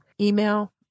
email